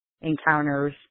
encounters